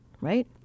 right